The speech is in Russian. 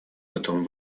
которым